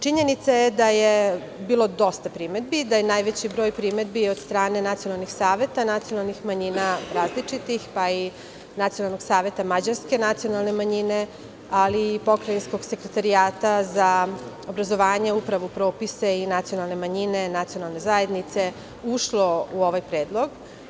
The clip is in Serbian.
Činjenica je da je bilo dosta primedbi i da je najveći broj primedbi od strane nacionalnih saveta nacionalnih manjina različitih, pa i Nacionalnog saveta mađarske nacionalne manjine, ali i Pokrajinskog sekretarijata za obrazovanje, upravu, propise i nacionalne manjine, nacionalne zajednice ušlo u ovaj predlog.